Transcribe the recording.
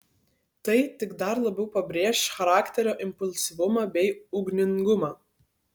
tai tik dar labiau pabrėš charakterio impulsyvumą bei ugningumą